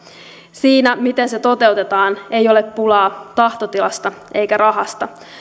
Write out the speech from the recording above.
siinä miten se toteutetaan ei ole pulaa tahtotilasta eikä rahasta